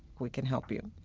we can help you.